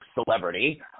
celebrity